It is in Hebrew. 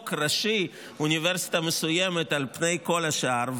ראשי אוניברסיטה מסוימת על פני כל השאר?